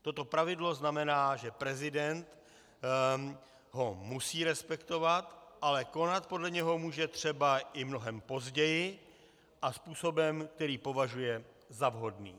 Toto pravidlo znamená, že prezident ho musí respektovat, ale konat podle něho může třeba i mnohem později a způsobem, který považuje za vhodný.